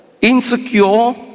insecure